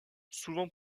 souvent